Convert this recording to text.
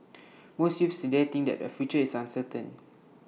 most youths today think that their future is uncertain